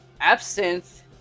Absinthe